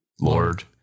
lord